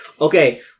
Okay